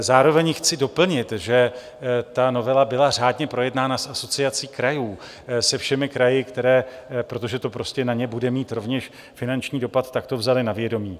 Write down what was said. Zároveň chci doplnit, že novela byla řádně projednána s Asociací krajů, se všemi kraji, protože to prostě na ně bude mít rovněž finanční dopad, tak to vzaly na vědomí.